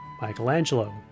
Michelangelo